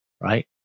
right